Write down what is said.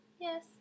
Yes